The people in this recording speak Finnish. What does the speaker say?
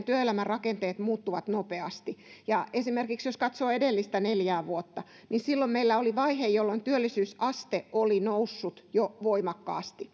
työelämän rakenteet muuttuvat nopeasti esimerkiksi jos katsoo edellistä neljää vuotta niin silloin meillä oli vaihe jolloin työllisyysaste oli noussut jo voimakkaasti